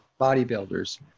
bodybuilders